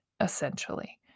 essentially